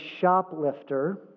shoplifter